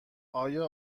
آیا